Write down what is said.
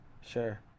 sure